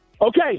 okay